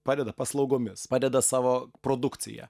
padeda paslaugomis padeda savo produkcija